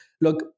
look